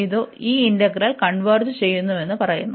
ഇത് ഈ integral converge ചെയ്യുന്നുവെന്ന് പറയുന്നു